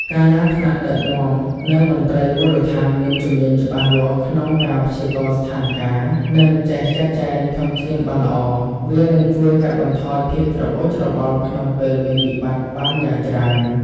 កាលណាថ្នាក់ដឹកនាំ និងមន្ត្រីមូលដ្ឋានមានជំនាញច្បាស់លាស់ក្នុងការព្យាករណ៍ស្ថានការណ៍ និងចេះចាត់ចែងធនធានបានល្អ វានឹងជួយកាត់បន្ថយភាពច្របូកច្របល់ក្នុងពេលមានវិបត្តិបានយ៉ាងច្រើន។